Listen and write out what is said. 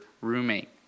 roommate